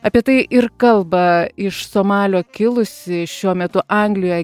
apie tai ir kalba iš somalio kilusi šiuo metu anglijoj